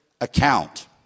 account